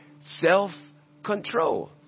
self-control